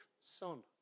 son